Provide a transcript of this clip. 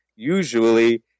Usually